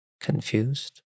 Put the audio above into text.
Confused